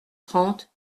trente